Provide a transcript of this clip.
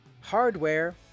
Hardware